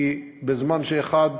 כי בזמן שאחד